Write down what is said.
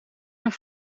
naar